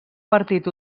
partit